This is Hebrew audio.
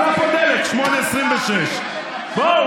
ועלה פה דלק 8.26. בואו,